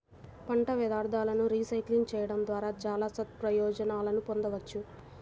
పంట వ్యర్థాలను రీసైక్లింగ్ చేయడం ద్వారా చాలా సత్ప్రయోజనాలను పొందవచ్చు